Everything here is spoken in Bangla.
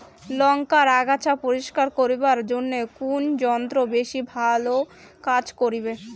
লংকার আগাছা পরিস্কার করিবার জইন্যে কুন যন্ত্র বেশি ভালো কাজ করিবে?